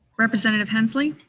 representative hensley?